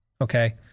Okay